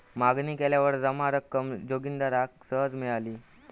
मागणी केल्यावर जमा रक्कम जोगिंदराक सहज मिळाली